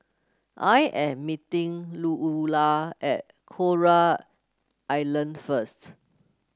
I am meeting Louella at Coral Island first